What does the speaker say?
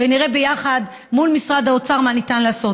ונראה יחד מול משרד האוצר מה ניתן לעשות.